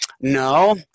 No